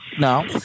no